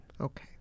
okay